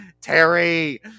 Terry